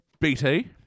BT